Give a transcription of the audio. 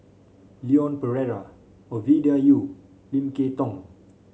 Leon Perera Ovidia Yu Lim Kay Tong